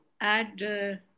add